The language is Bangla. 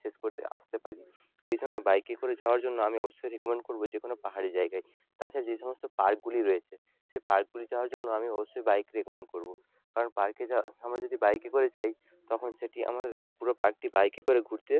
শেষ করতে আসতে পারি এই জন্য বাইকে করে যাওয়ার জন্য আমি অবশ্যই রেকমেন্ড করবো যে কোনো পাহাড়ি জায়গায় তাছাড়া যেই সমস্ত পার্কগুলি রয়েছে সে পার্কগুলি যাওয়ার জন্য আমি অবশ্যই বাইক রেকমেন্ড করবো কারণ পার্কে যাওয়া আমরা যদি বাইকে করে যাই তখন সেটি আমাদের পুরো পার্কটি বাইকে করে ঘুরতে